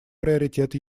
приоритет